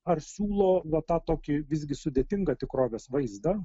ar siūlo va tą tokį visgi sudėtingą tikrovės vaizdą